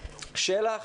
של"ח